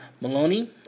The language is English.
Maloney